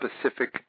specific